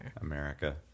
America